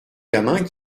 gamin